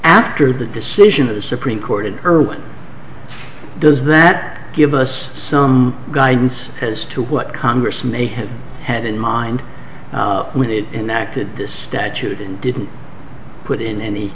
after the decision of the supreme court in early does that give us some guidance as to what congress may have had in mind when it inactive this statute and didn't put in any